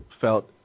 felt